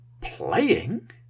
Playing